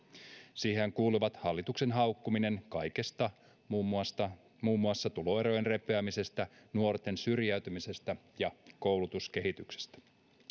siihenhän kuuluvat hallituksen haukkuminen kaikesta muun muassa tuloerojen repeämisestä nuorten syrjäytymisestä ja koulutuskehityksestä